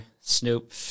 Snoop